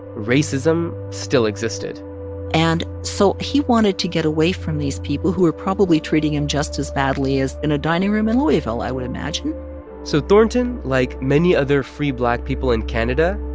racism still existed and so he wanted to get away from these people who were probably treating him just as badly as in a dining room in louisville, i would imagine so thornton, like many other free black people in canada,